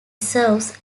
serves